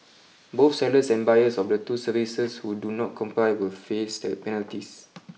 both sellers and buyers of the two services who do not comply will face penalties